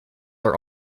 are